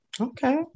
Okay